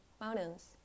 mountains